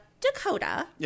Dakota